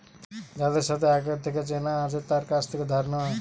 যাদের সাথে আগে থেকে চেনা আছে তার কাছ থেকে ধার নেওয়া